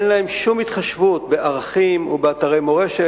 להם שום התחשבות בערכים ובאתרי מורשת.